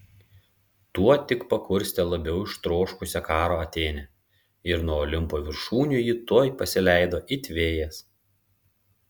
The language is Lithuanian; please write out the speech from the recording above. tuo tik pakurstė labiau ištroškusią karo atėnę ir nuo olimpo viršūnių ji tuoj pasileido it vėjas